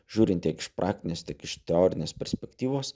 žiūrint tiek iš praktinės tiek iš teorinės perspektyvos